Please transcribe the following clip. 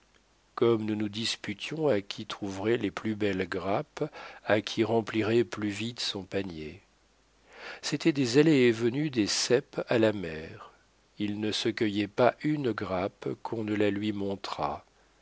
comme nous nous disputions à qui trouverait les plus belles grappes à qui remplirait plus vite son panier c'était des allées et venues des ceps à la mère il ne se cueillait pas une grappe qu'on ne la lui montrât